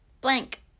blank